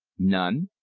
none.